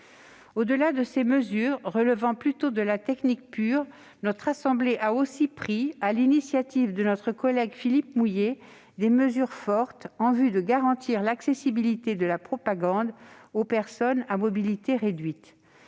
Au-delà de ces mesures relevant plutôt de la technique pure, notre assemblée a aussi pris, sur l'initiative de notre collègue Philippe Mouiller, des mesures fortes en vue de garantir l'accessibilité de la propagande aux personnes à mobilité réduite.